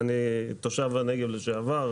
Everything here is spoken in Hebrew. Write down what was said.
ואני תושב שהנגב לשעבר,